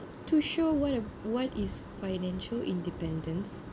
to show what are what is financial independence